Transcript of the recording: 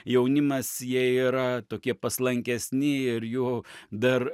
jaunimas jie yra tokie paslankesni ir jų dar